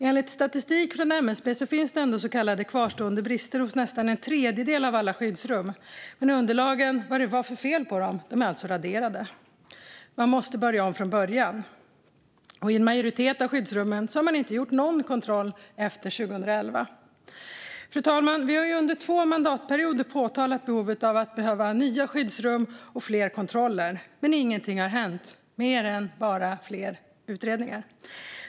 Enligt statistik från MSB finns det så kallade kvarstående brister hos nästan en tredjedel av alla skyddsrum, men underlagen om vad det är för fel på dem är alltså raderade. Man måste börja om från början. Och i en majoritet av skyddsrummen har man inte gjort någon kontroll efter 2011. Herr talman! Vi har under två mandatperioder påpekat behovet av nya skyddsrum och fler kontroller, men ingenting har hänt mer än bara fler utredningar.